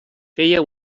feia